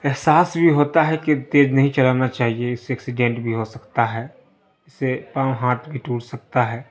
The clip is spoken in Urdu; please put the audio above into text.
احساس بھی ہوتا ہے کہ تیز نہیں چلانا چاہیے اس سے ایکسیڈنٹ بھی ہو سکتا ہے اس سے پاؤں ہاتھ بھی ٹوٹ سکتا ہے